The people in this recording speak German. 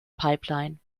pipeline